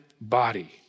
body